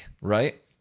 right